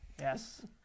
Yes